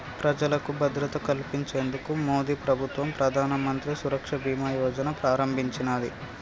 ప్రజలకు భద్రత కల్పించేందుకు మోదీప్రభుత్వం ప్రధానమంత్రి సురక్ష బీమా యోజనను ప్రారంభించినాది